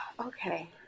Okay